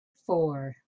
four